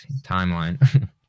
timeline